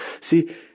See